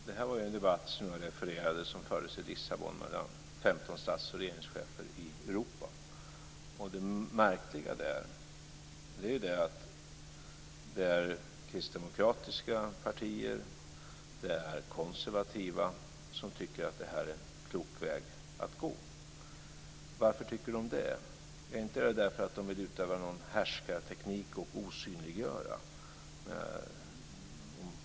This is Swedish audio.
Fru talman! Den debatt jag refererade fördes i Lissabon mellan 15 stats och regeringschefer i Europa. Det märkliga där är att det är kristdemokratiska partier och konservativa partier som tycker att det är en klok väg att gå. Varför tycker de det? Inte är det för att de vill utöva någon härskarteknik och osynliggöra.